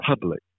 public